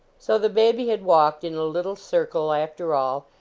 so the baby had walked in a little circle, after all,